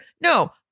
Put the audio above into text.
No